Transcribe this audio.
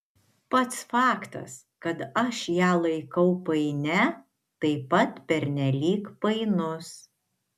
pats faktas kad aš ją laikau painia taip pat pernelyg painus